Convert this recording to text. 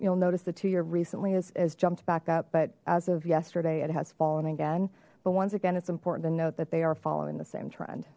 you'll notice the two year recently is jumped back up but as of yesterday it has fallen again but once again it's important to note that they are following the same trend